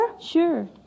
Sure